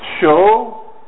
Show